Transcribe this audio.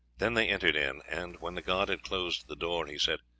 then they entered in, and when the god had closed the door, he said,